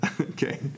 okay